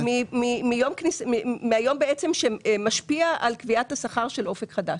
מהיום שמשפיע על קביעת השכר של אופק חדש.